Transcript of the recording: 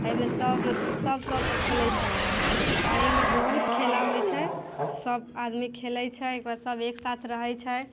एहिमे सब सबसँ खेलै छ्लैए एहिमे बहुत खेला होइ छै सब आदमी खेलै छै एहिपर सब एकसाथ रहै छै